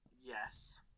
yes